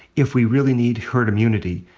if we really need herd immunity,